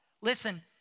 listen